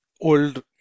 old